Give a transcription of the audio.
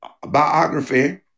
biography